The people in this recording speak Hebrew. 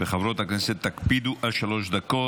וחברות הכנסת, תקפידו על שלוש דקות.